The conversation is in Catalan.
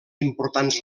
importants